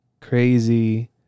crazy